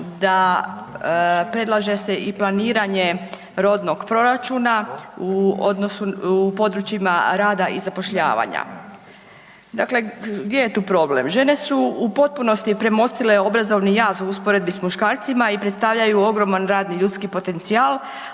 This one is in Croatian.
da predlaže se i planiranje rodnog proračuna u područjima rada i zapošljavanja. Dakle, gdje je tu problem? Žene su u potpunosti premostile obrazovni jaz u usporedbi s muškarcima i predstavljaju radni ljudski potencijal,